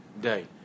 day